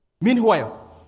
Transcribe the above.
meanwhile